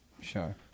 Sure